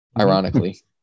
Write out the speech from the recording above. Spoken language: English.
Ironically